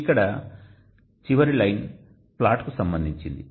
ఇక్కడ చివరి line plot కు సంబంధించింది